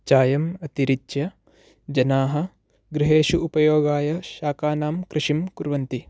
चायम् अतिरिच्य जनाः गृहेषु उपयोगाय शाकानां कृषिं कुर्वन्ति